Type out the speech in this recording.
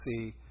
see